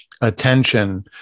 attention